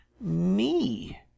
Me